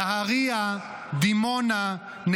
תצטט גימטריות על